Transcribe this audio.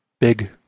big